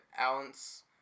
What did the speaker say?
ounce